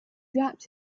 dropped